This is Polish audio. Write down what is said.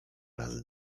razy